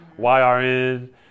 YRN